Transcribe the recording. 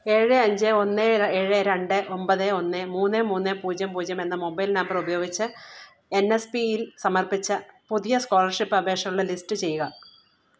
ഏഴ് അഞ്ച് ഒന്ന് ഏഴ് രണ്ട് ഒമ്പത് ഒന്ന് മൂന്ന് മൂന്ന് പൂജ്യം പൂജ്യം എന്ന മൊബൈൽ നമ്പറ് ഉപയോഗിച്ച് എൻ എസ് പി യിൽ സമർപ്പിച്ച പുതിയ സ്കോളർഷിപ്പ് അപേക്ഷകളുടെ ലിസ്റ്റ് ചെയ്യുക